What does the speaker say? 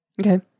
Okay